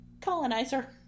colonizer